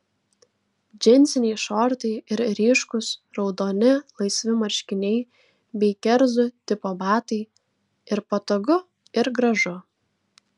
džinsiniai šortai ir ryškūs raudoni laisvi marškiniai bei kerzų tipo batai ir patogu ir gražu